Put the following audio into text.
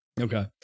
okay